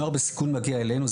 נוער בסיכון מגיע אלינו,